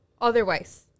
otherwise